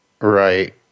Right